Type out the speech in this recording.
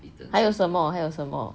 还有什么还有什么